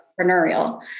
entrepreneurial